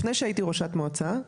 לפני שהייתי ראשת מועצה,